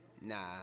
Nah